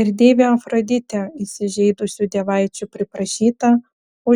ir deivė afroditė įsižeidusių dievaičių priprašyta